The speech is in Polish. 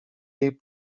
jej